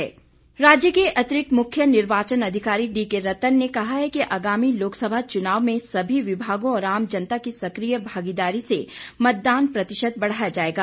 मतदाता जागरूकता राज्य के अतिरिक्त मुख्य निर्वाचन अधिकारी डी के रत्तन ने कहा है कि आगामी लोक सभा चुनाव में सभी विभागों और आम जनता की सकिय भागीदारी से मतदान प्रतिशत बढ़ाया जाएगा